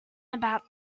about